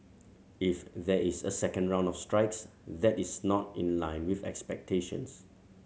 if there is a second round of strikes that is not in line with expectations